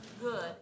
good